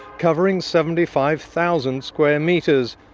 covering seventy five thousand square metres,